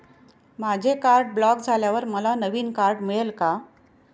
माझे card block झाल्यावर मला नवीन कार्ड मिळेल का?